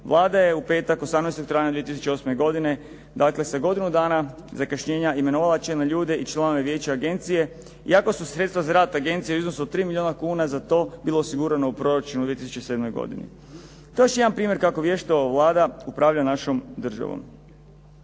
Vlada je u petak 18. travnja 2008. godine, dakle sa godinu dana zakašnjenja imenovala čelne ljude i članove vijeća agencije. Iako su sredstava za rad agencije u iznosu od 3 milijuna kuna za to bila osigurana u proračunu 2007. godini. To je još jedan primjer kako vješto ova Vlada upravlja našom državom.